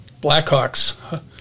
Blackhawks